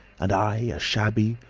and i, a shabby,